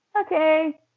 okay